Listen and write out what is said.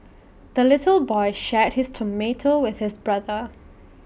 the little boy shared his tomato with his brother